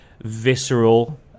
visceral